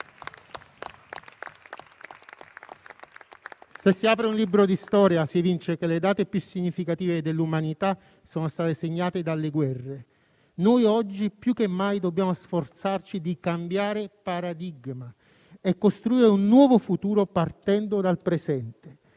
Se si apre un libro di storia si evince che le date più significative dell'umanità sono state segnate dalle guerre. Noi oggi più che mai dobbiamo sforzarci di cambiare paradigma e costruire un nuovo futuro partendo dal presente.